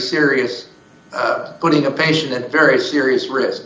serious putting a patient very serious risk